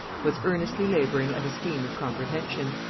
was earnestly laboring at a scheme of comprehension.